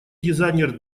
дизайнер